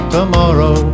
Tomorrow